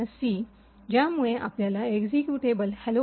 c c ज्यामुळे आपल्याला executable hello